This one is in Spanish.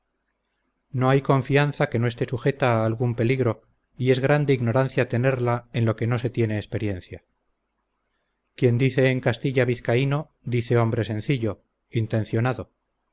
no hay confianza que no esté sujeta a algún peligro y es grande ignorancia tenerla en lo que no se tiene experiencia quien dice en castilla vizcaíno dice hombre sencillo intencionado